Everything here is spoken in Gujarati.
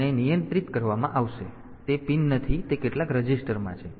તેથી આને નિયંત્રિત કરવામાં આવશે તે પિન નથી તે કેટલાક રજિસ્ટરમાં છે